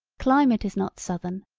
climate is not southern,